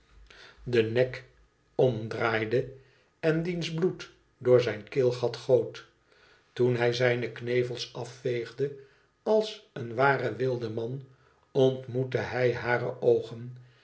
den nek omdraaide en diens bloed door zijn keelgat goot toen hij zijne knevels afveegde als een ware wildeman ontmoette hij hare oogen